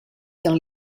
dans